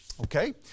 Okay